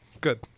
Good